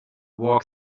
walk